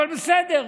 אבל בסדר,